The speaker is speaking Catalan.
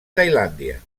tailàndia